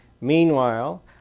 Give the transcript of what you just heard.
Meanwhile